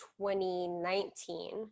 2019